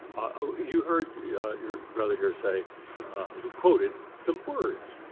ah you heard your brother here say he quoted some words.